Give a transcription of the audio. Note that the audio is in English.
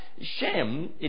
Shem